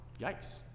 Yikes